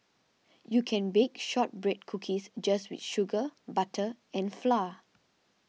you can bake Shortbread Cookies just with sugar butter and flour